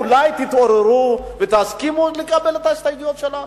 אולי תתעוררו ותסכימו לקבל את ההסתייגויות שלנו.